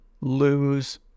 lose